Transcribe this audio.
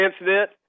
incident